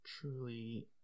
truly